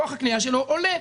כוח הקנייה שלו עולה.